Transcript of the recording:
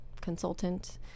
consultant